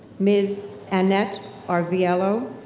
ms. annete arvelo,